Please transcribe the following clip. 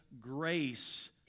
grace